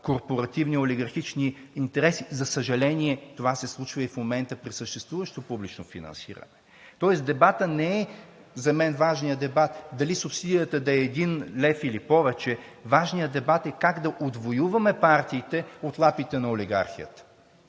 корпоративни, олигархични интереси. За съжаление, това се случва в момента при съществуващо публично финансиране. Най-важният дебат не е дали субсидията да е един лев или повече. Важният дебат е как да отвоюваме партиите от лапите на олигархията.